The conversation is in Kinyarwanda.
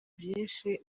byinshi